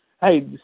Hey